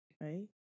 right